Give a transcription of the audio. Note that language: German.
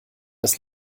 das